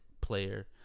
player